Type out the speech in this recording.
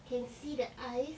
can see the eyes